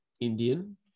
Indian